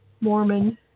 Mormon